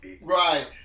Right